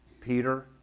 Peter